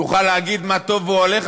יוכל להגיד "מה טובו אוהליך",